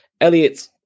Elliot